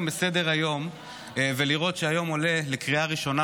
על סדר-היום ולראות שהיום עולה לקריאה ראשונה,